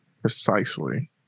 Precisely